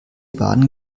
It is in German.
baden